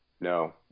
No